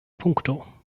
punkto